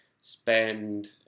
spend